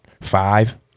five